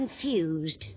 confused